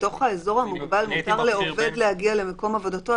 בתוך האזור המוגבל מותר לעובד להגיע למקום עבודתו,